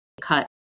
cut